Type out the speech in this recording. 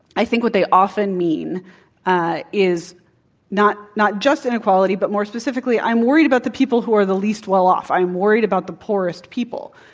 i think what they often mean is not not just inequality, but more specifically, i am worried about the people who are the least well off. i am worried about the poorest people.